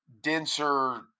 denser